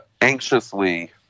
anxiously